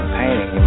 painting